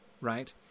right